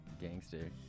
Gangster